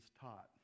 taught